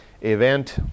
event